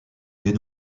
deux